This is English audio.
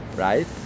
Right